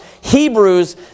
Hebrews